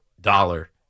dollar